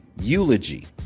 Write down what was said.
eulogy